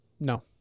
No